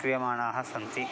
क्रियमाणाः सन्ति